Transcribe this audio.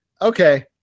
Okay